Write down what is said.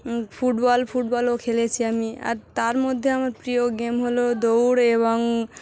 football ফুটবলও খেলেছি আমি আর তার মধ্যে আমার প্রিয় গেম হলো দৌড় এবং